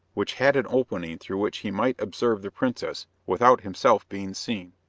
which had an opening through which he might observe the princess, without himself being seen.